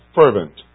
fervent